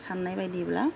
साननाय बायदिब्ला